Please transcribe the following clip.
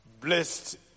blessed